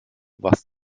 was